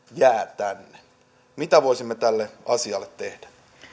jää tänne mitä voisimme tälle asialle tehdä